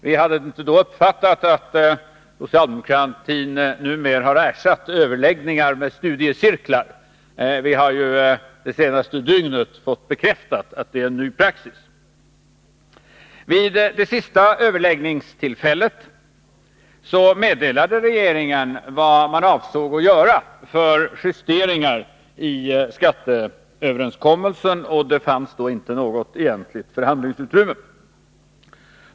Vi hade inte då uppfattat att socialdemokratin numera har ersatt överlägg ningar med studiecirklar. Vi har ju de senaste dygnen fått bekräftat att det är Vid det sista överläggningstillfället meddelade regeringen vilka justeringar man avsåg att göra i skatteöverenskommelsen. Det fanns då inte något egentligt förhandlingsutrymme.